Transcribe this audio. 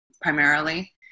primarily